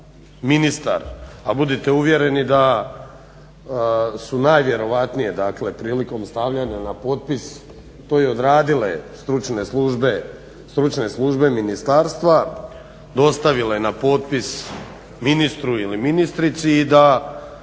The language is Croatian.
ministar a budite uvjereni da su najvjerojatnije prilikom stavljanja na potpis to i odradile stručne službe ministarstva dostavile na potpis ministru ili ministrici i da